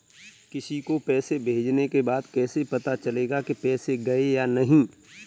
किसी को पैसे भेजने के बाद कैसे पता चलेगा कि पैसे गए या नहीं?